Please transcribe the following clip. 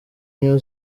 new